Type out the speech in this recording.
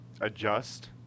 adjust